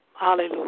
Hallelujah